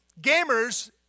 gamers